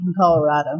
Colorado